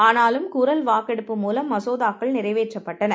ஆனாலும் குரல்வாக்கெடுப்புமூலம்மசோதாக்கள்நிறைவேற்றப்பட் டன